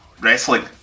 Wrestling